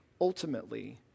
ultimately